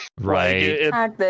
Right